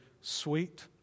sweet